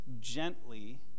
gently